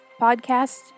podcast